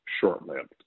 short-lived